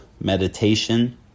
meditation